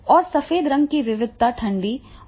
और सफेद रंग की विविधता ठंडी और बाँझ हैं